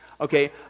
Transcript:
Okay